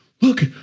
Look